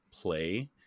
play